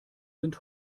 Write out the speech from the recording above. sind